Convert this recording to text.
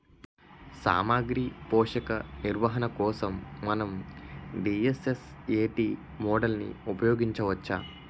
సామాగ్రి పోషక నిర్వహణ కోసం మనం డి.ఎస్.ఎస్.ఎ.టీ మోడల్ని ఉపయోగించవచ్చా?